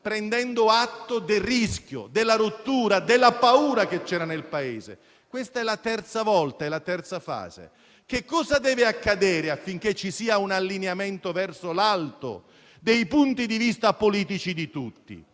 prendendo atto del rischio, della rottura e della paura che c'era nel Paese. Questa è la terza volta e la terza fase. Cosa deve accadere affinché ci sia un allineamento verso l'alto dei punti di vista politici di tutti?